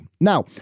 Now